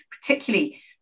particularly